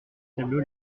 tableau